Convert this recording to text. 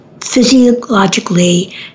physiologically